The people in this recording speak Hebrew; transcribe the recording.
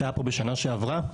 שהיה פה בשנה שעברה.